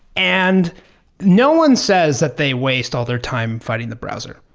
and no one says that they waste all their time fighting the browser.